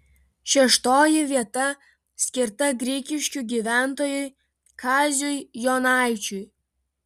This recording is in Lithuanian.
šeštoji vieta skirta grigiškių gyventojui kaziui jonaičiui